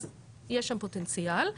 אז יש שם פוטנציאל.